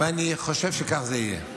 ואני חושב שכך זה יהיה.